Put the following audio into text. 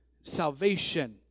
Salvation